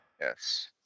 Yes